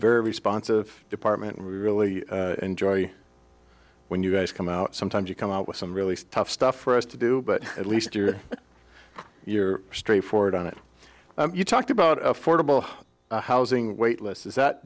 very response of department and we really enjoy when you guys come out sometimes you come out with some really tough stuff for us to do but at least you're you're straight forward on it you talked about affordable housing wait list is that